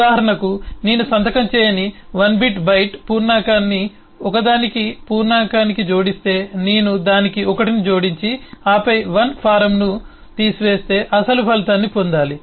ఉదాహరణకు నేను సంతకం చేయని 1 బిట్ బైట్ పూర్ణాంకానికి ఒకదాన్ని పూర్ణాంకానికి జోడిస్తే నేను దానికి 1 ని జోడించి ఆపై 1 ఫారమ్ను తీసివేస్తే అసలు ఫలితాన్ని పొందాలి